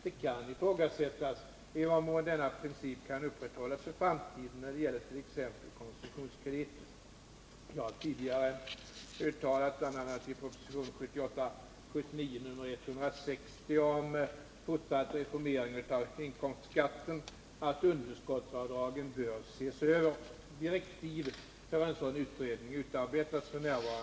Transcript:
Det kan ifrågasättas i vad mån denna princip kan upprätthållas för framtiden när det gäller t.ex. konsumtionskrediter. Jag har tidigare uttalat, bl.a. i proposition 1978/79:160 om fortsatt reformering av inkomstskatten, m.m., att underskottsavdragen bör ses över. Direktiv för en sådan utredning utarbetas f. n.